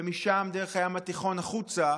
ומשם דרך הים התיכון החוצה,